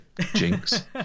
Jinx